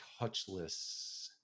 touchless